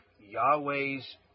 Yahweh's